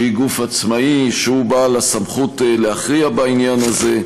שהיא גוף עצמאי שהוא בעל הסמכות להכריע בעניין הזה,